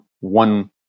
one